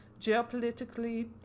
geopolitically